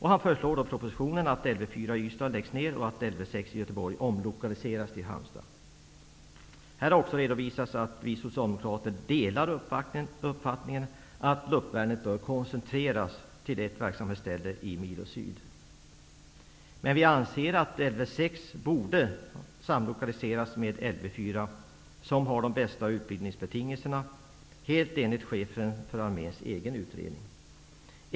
Han föreslår i propositionen att Vi socialdemokrater delar uppfattningen att luftvärnet bör koncentreras till ett verksamhetsställe i Milo syd. Men vi anser att Lv 6 borde samlokaliseras med Lv 4. Enligt den utredning som har gjorts av chefen för armén har Lv 4 de bästa utbildningsbetingelserna.